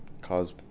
cause